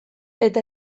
eta